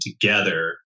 together